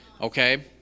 Okay